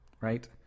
right